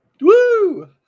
Woo